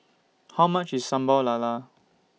How much IS Sambal Lala